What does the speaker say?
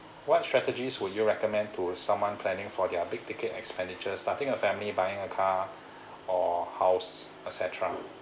what strategies will you recommend to someone planning for their big ticket expenditure starting a family buying a car or house etcetera